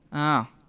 oh,